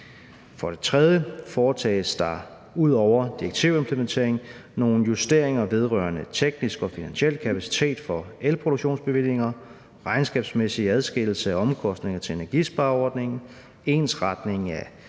For det tredje foretages der ud over direktivimplementeringen nogle justeringer vedrørende teknisk og finansiel kapacitet for elproduktionsbevillinger, regnskabsmæssig adskillelse af omkostninger til energispareordningen, ensretning af